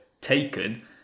taken